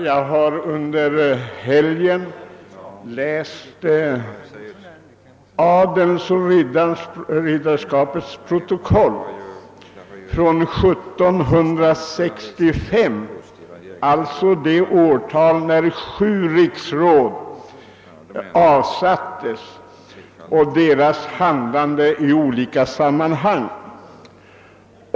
Jag har under helgen läst ridderskapets och adelns protokoll från 1765, alltså det år då sju riksråd avsattes, och tagit del av riksrådens handlande i olika sammanhang.